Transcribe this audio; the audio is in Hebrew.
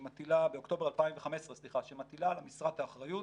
באוקטובר 2015 שמטילה על המשרד את האחריות